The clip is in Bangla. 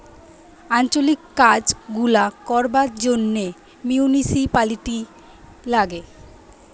আঞ্চলিক কাজ গুলা করবার জন্যে মিউনিসিপালিটি লাগে